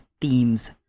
themes